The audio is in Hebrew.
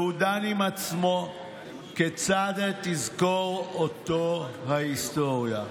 והוא דן עם עצמו כיצד תזכור אותו ההיסטוריה,